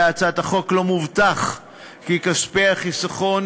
בהצעת החוק לא מובטח כי כספי החיסכון